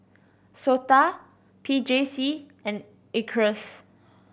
SOTA P J C and Acres